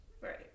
Right